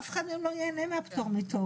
אבל אף אחד מהם לא ייהנה מהפטור מתור.